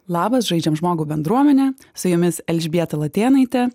labas žaidžiam žmogų bendruomenę su jumis elžbieta latėnaitė